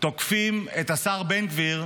תוקפים את השר בן גביר,